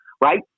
Right